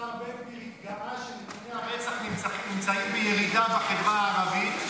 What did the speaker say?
השר בן גביר התגאה שנתוני הרצח נמצאים בירידה בחברה הערבית.